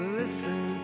listen